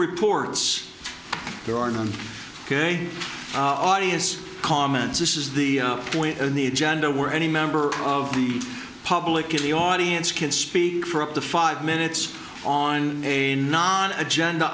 reports there are none ok audience comments this is the point in the agenda where any member of the public in the audience can speak for up to five minutes on a non agenda